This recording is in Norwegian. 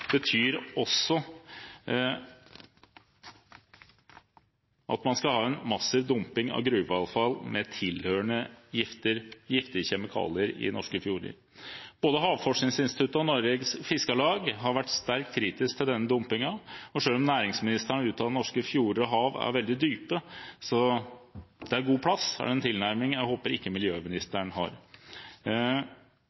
betyr også at man skal ha en massiv dumping av gruveavfall med tilhørende giftige kjemikalier i norske fjorder. Både Havforskningsinstituttet og Norges Fiskarlag har vært sterkt kritiske til denne dumpingen. Selv om næringsministeren har uttalt at norske fjorder og hav er veldig dype, så det er god plass, er det en tilnærming jeg håper miljøministeren ikke